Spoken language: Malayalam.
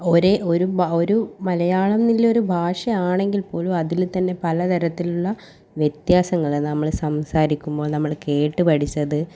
ഒരേ ഒരു ഒരു മലയാളം എന്നുള്ളൊരു ഭാഷ ആണെങ്കിൽ പോലും അതിൽത്തന്നെ പലതരത്തിലുള്ള വ്യത്യാസങ്ങൾ നമ്മൾ സംസാരിക്കുമ്പോൾ നമ്മൾ കേട്ട് പഠിച്ചത്